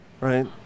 right